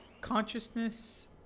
Consciousness